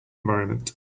environment